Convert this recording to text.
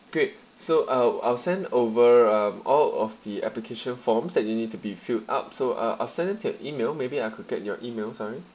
great so uh I'll send over uh all of the application forms that you need to be filled up so uh I'll send it to your email maybe I could get your email sorry